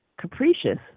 capricious